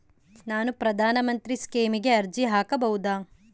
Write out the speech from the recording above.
ನಾನು ಪ್ರಧಾನ ಮಂತ್ರಿ ಸ್ಕೇಮಿಗೆ ಅರ್ಜಿ ಹಾಕಬಹುದಾ?